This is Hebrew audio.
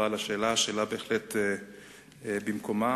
שהתמיכה בישראל במדינות המערביות כדוגמת